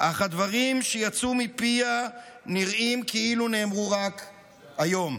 אך הדברים שיצאו מפיה נראים כאילו נאמרו רק היום.